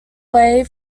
way